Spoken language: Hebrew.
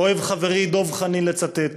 אוהב חברי דב חנין לצטט